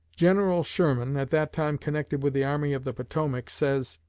general sherman, at that time connected with the army of the potomac, says